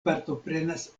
partoprenas